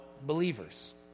believers